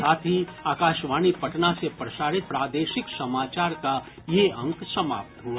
इसके साथ ही आकाशवाणी पटना से प्रसारित प्रादेशिक समाचार का ये अंक समाप्त हुआ